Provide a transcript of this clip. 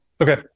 Okay